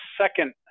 second